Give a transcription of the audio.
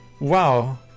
Wow